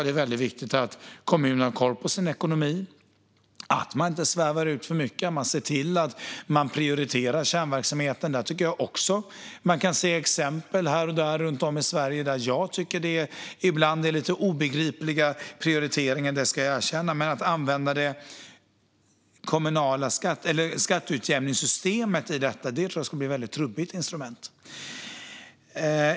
Det är viktigt att kommuner har koll på sin ekonomi och inte svävar ut för mycket utan ser till att prioritera kärnverksamheten. Jag ska erkänna att jag tycker att vi ibland kan se exempel på lite obegripliga prioriteringar här och där i Sverige. Men jag tror att skatteutjämningssystemet skulle bli ett väldigt trubbigt instrument att använda här.